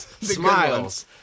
smiles